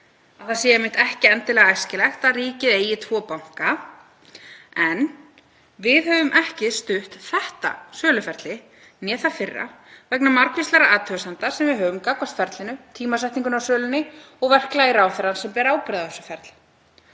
það sé einmitt ekki endilega æskilegt að ríkið eigi tvo banka. En við höfum hvorki stutt þetta söluferli né það fyrra vegna margvíslegra athugasemda sem við höfum gagnvart ferlinu, tímasetningunni á sölunni og verklagi ráðherra sem bera ábyrgð á þessu ferli.